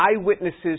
eyewitnesses